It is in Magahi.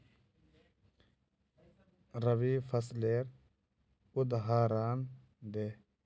रवि फसलेर उदहारण दे?